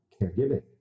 caregiving